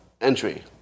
entry